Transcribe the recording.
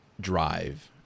drive